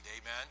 Amen